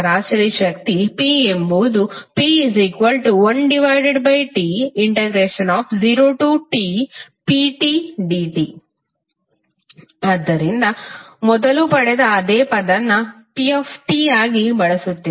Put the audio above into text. ಸರಾಸರಿ ಶಕ್ತಿ P ಎಂಬುದು P1T0Tptdt ಆದ್ದರಿಂದ ಮೊದಲು ಪಡೆದ ಅದೇ ಪದವನ್ನು pt ಆಗಿ ಬಳಸುತ್ತೇವೆ